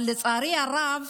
אבל לצערי הרב,